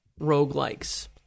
roguelikes